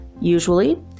usually